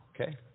Okay